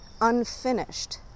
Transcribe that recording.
unfinished